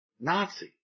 Nazi